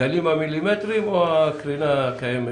הגלים המילימטריים או הקרינה הקיימת?